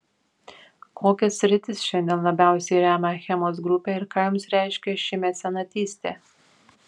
kokias sritis šiandien labiausiai remia achemos grupė ir ką jums reiškia ši mecenatystė